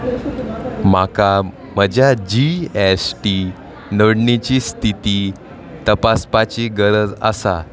म्हाका म्हज्या G S T नोंदणीची स्थिती तपासपाची गरज आसा